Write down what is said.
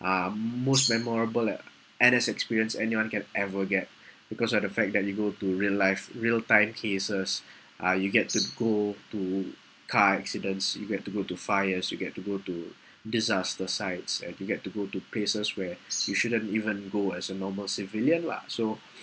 uh most memorable e~ N_S experience anyone can ever get because at the fact that you go to real life real time cases uh you get to go to car accidents you get to go to fires you get to go to disaster sites and you get to go to places where you shouldn't even go as a normal civilian lah so